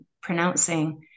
pronouncing